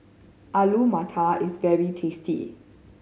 Alu Matar is very tasty